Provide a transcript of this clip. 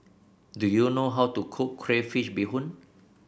do you know how to cook Crayfish Beehoon